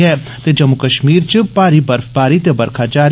जम्मू कष्मीर च भारी बर्फबारी ते बरखा जारी